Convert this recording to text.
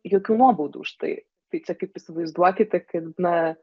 jokių nuobaudų už tai tai čia kaip įsivaizduokite kad na